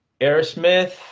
Aerosmith